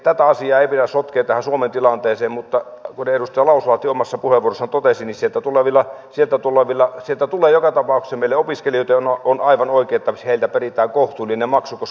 tätä asiaa ei pidä sotkea tähän suomen tilanteeseen mutta kuten edustaja lauslahti omassa puheenvuorossaan totesi niin sieltä tulee joka tapauksessa meille opiskelijoita jolloin on aivan oikein että heiltä peritään kohtuullinen maksu koska kysyntää on